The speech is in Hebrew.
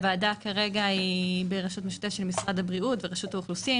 הוועדה כרגע היא ברשות משרד הבריאות ורשות האוכלוסין.